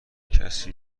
کسی